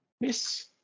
miss